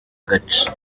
gace